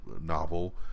novel